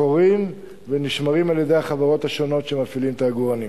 קורים ונשמרים על-ידי החברות השונות שמפעילות את העגורנים.